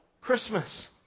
Christmas